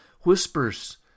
whispers